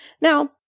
Now